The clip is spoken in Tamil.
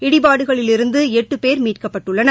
இடிபாடுகளிலிருந்து எட்டு பேர் மீட்கப்பட்டள்ளனர்